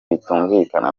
bitumvikana